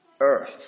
Earth